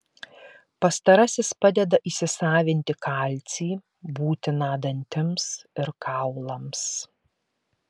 pastarasis padeda įsisavinti kalcį būtiną dantims ir kaulams